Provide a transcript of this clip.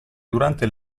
durante